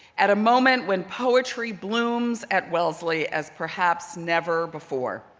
at a moment when poetry blooms at wellesley as perhaps never before.